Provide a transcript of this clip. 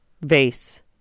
Vase